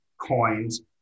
coins